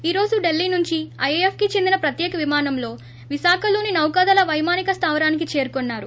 ఈ రోజు దీల్లీ నుంచి ఐఎఎఫ్కి చెందిన ప్రత్యేక విమానంలో విశాఖలోని నౌకాదళ పైమానికి స్థావరానికి చేరుకున్నారు